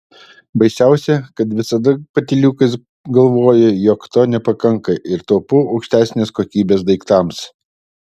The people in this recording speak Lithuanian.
baisiausia kad visada patyliukais galvoju jog to nepakanka ir taupau aukštesnės kokybės daiktams